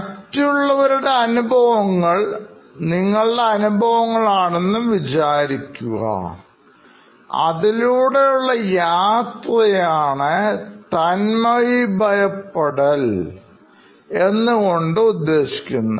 മറ്റുള്ളവരുടെ അനുഭവങ്ങൾ നിങ്ങളുടെ അനുഭവങ്ങൾ ആണെന്ന് വിചാരിച്ചു അതിലൂടെയുള്ള യാത്രയാണ് തന്മയിഭവപ്പെടൽ എന്നതുകൊണ്ട് ഉദ്ദേശിക്കുന്നത്